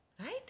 right